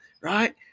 right